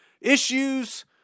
issues